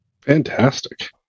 Fantastic